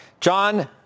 John